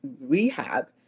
rehab